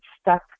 stuck